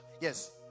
Yes